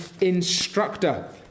instructor